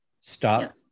Stop